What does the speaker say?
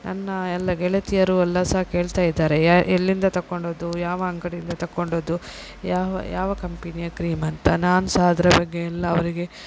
ನನ್ನ ಎಲ್ಲ ಗೆಳತಿಯರು ಎಲ್ಲ ಸಹ ಕೇಳ್ತಾಯಿದ್ದಾರೆ ಯ ಎಲ್ಲಿಂದ ತಕ್ಕೊಂಡದ್ದು ಯಾವ ಅಂಗಡಿಯಿಂದ ತಕ್ಕೊಂಡದ್ದು ಯಾವ ಯಾವ ಕಂಪಿನಿಯ ಕ್ರೀಮ್ ಅಂತ ನಾನು ಸಹ ಅದರ ಬಗ್ಗೆ ಎಲ್ಲ ಅವರಿಗೆ